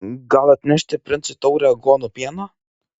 gal atnešti princui taurę aguonų pieno